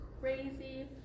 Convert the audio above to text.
crazy